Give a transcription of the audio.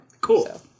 Cool